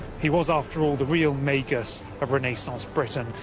he was, after all, the real magus of renaissance britain,